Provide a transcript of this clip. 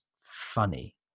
funny